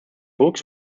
books